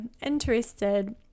interested